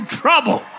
trouble